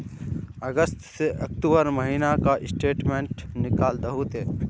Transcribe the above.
अगस्त से अक्टूबर महीना का स्टेटमेंट निकाल दहु ते?